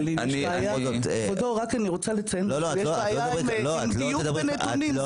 אני רק רוצה לציין שיש בעיה עם דיוק בנתונים,